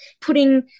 putting